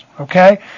okay